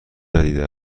ندیده